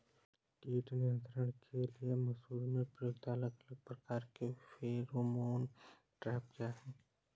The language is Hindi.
कीट नियंत्रण के लिए मसूर में प्रयुक्त अलग अलग प्रकार के फेरोमोन ट्रैप क्या है?